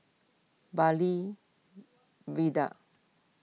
Bartley Viaduct